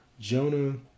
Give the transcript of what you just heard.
Jonah